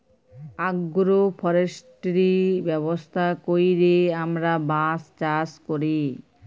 agro forestry ব্যবস্থা ক্যইরে আমরা বাঁশ চাষ ক্যরি